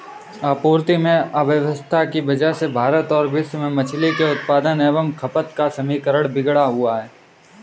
आपूर्ति में अव्यवस्था की वजह से भारत और विश्व में मछली के उत्पादन एवं खपत का समीकरण बिगड़ा हुआ है